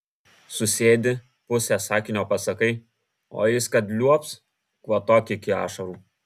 susėdi pusę sakinio pasakai o jis kad liuobs kvatok iki ašarų